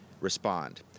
respond